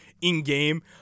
in-game